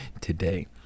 today